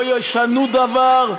לא ישנו דבר,